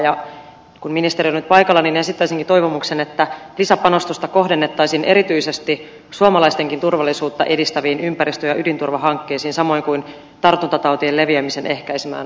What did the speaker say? ja kun ministeri on nyt paikalla niin esittäisinkin toivomuksen että lisäpanostusta kohdennettaisiin erityisesti suomalaistenkin turvallisuutta edistäviin ympäristö ja ydinturvahankkeisiin samoin kuin tartuntatautien leviämisen ehkäisemiseen